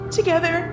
together